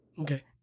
okay